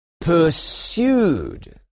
pursued